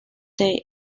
their